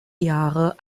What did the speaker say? jahre